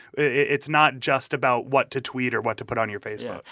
it's not just about what to tweet or what to put on your facebook